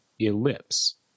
ellipse